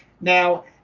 Now